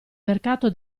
mercato